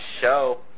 show